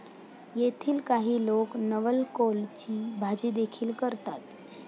येथील काही लोक नवलकोलची भाजीदेखील करतात